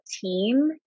team